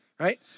Right